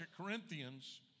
Corinthians